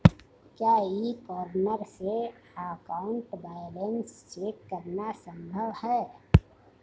क्या e corner से account balance check करना संभव है?